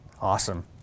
Awesome